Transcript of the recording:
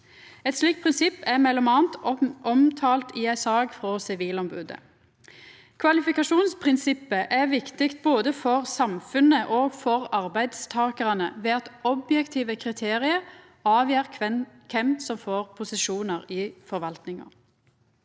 Eit slikt prinsipp er m.a. omtalt i ei sak frå Sivilombodet. Kvalifikasjonsprinsippet er viktig både for samfunnet og for arbeidstakarane, ved at objektive kriterium avgjer kven som får posisjonar i forvaltninga.